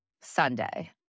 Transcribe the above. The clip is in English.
Sunday